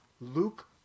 Luke